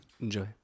Enjoy